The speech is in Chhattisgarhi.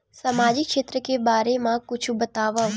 सामजिक क्षेत्र के बारे मा कुछु बतावव?